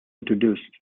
introduced